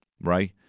right